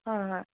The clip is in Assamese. হয় হয়